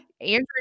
Andrew